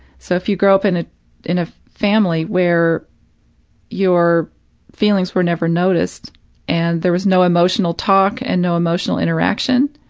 so, if you grow up in ah in a family where your feelings were never noticed and there was no emotional talk and no emotional interaction